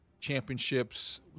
championships